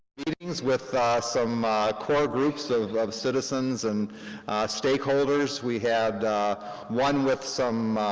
meetings with ah some core groups of citizens, and stakeholders, we had one with some,